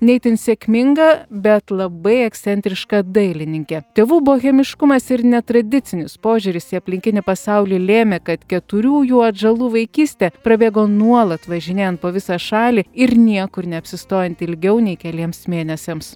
ne itin sėkminga bet labai ekscentriška dailininkė tėvų bohemiškumas ir netradicinis požiūris į aplinkinį pasaulį lėmė kad keturių jų atžalų vaikystė prabėgo nuolat važinėjant po visą šalį ir niekur neapsistojant ilgiau nei keliems mėnesiams